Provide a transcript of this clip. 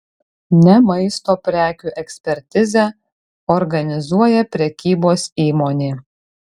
ne maisto prekių ekspertizę organizuoja prekybos įmonė